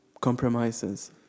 compromises